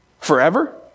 Forever